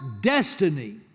destiny